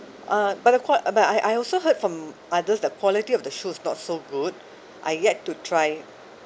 uh but the qua~ uh but I I also heard from others the quality of the shoes are not so good I've yet to try